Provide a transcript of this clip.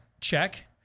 Check